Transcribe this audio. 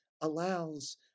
allows